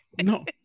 No